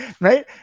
right